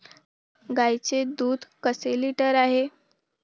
गाईचे दूध कसे लिटर आहे?